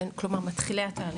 כלומר מתחילי התהליך,